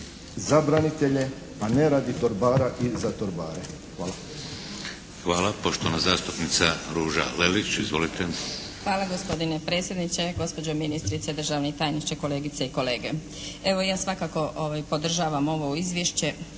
za branitelje, a ne radi torbara i za torbare. Hvala. **Šeks, Vladimir (HDZ)** Hvala. Poštovana zastupnica Ruža Lelić. Izvolite. **Lelić, Ruža (HDZ)** Hvala gospodine predsjedniče. Gospođo ministrice, državni tajniče, kolegice i kolege. Evo ja svakako podržavam ovo Izvješće